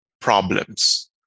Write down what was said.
problems